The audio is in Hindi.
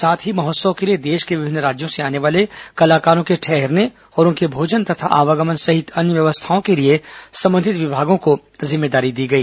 साथ ही महोत्सव के लिए देश के विभिन्न राज्यों से आने वाले कलाकारों के ठहरने और उनके भोजन तथा आवागमन सहित अन्य व्यवस्थाओं के लिए संबंधित विमागों को जिम्मेदारी दी गई